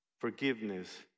forgiveness